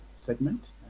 segment